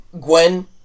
Gwen